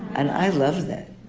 and i love that